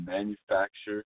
Manufacture